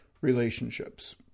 relationships